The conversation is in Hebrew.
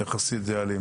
יחסית די אלים.